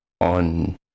on